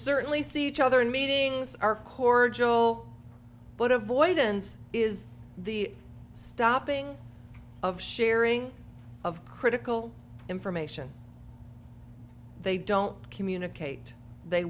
certainly see each other and meetings are cordial but avoidance is the stopping of sharing of critical information they don't communicate they